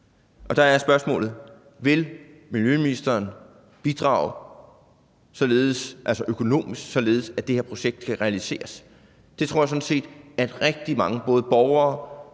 Og der er spørgsmålet: Vil miljøministeren bidrage økonomisk, således at det her projekt kan realiseres? Det tror jeg sådan set at rigtig mange, både borgere,